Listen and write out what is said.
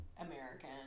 American